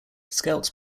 scouts